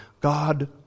God